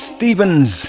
Stevens